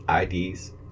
IDs